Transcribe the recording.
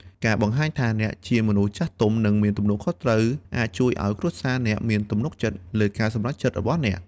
ការបង្ហាញថាអ្នកជាមនុស្សចាស់ទុំ និងមានទំនួលខុសត្រូវ អាចជួយឲ្យគ្រួសារអ្នកមានទំនុកចិត្តលើការសម្រេចចិត្តរបស់អ្នក។